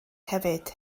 hefyd